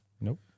Nope